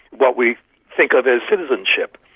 what we think of as citizenship,